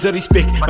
respect